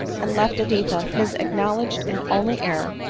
and left editha his acknowledged and only heir,